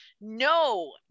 No